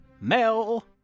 Mel